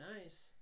nice